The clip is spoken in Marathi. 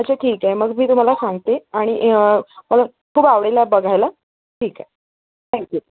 अच्छा ठीक आहे मग मी तुम्हाला सांगते आणि मला खूप आवडेल हा बघायला ठीक आहे थँक्यू